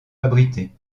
abrité